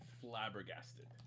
flabbergasted